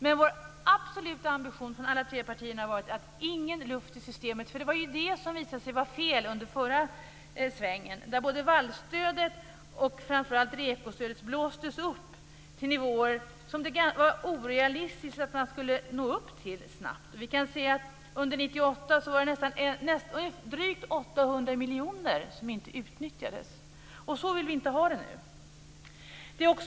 Men den absoluta ambitionen från de tre partierna har varit att det inte ska finnas någon luft i systemet. Det var ju det som visade sig vara fel under den förra svängen då vallstödet och framför allt REKO-stödet blåstes upp till nivåer som det var orealistiskt att man skulle nå upp till snabbt. Under 1998 var det drygt 800 miljoner som inte utnyttjades. Så vill vi inte ha det nu.